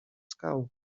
skał